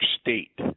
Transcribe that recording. state